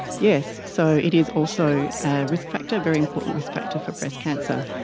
yes, so it is also a risk factor, a very important risk factor for breast cancer.